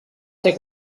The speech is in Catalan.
ser